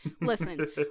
Listen